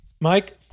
Mike